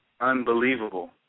unbelievable